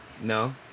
No